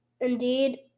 indeed